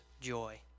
joy